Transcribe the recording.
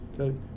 Okay